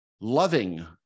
loving